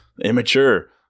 immature